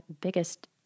biggest